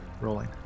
rolling